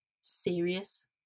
serious